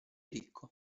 ricco